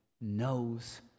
knows